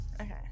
Okay